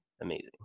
amazing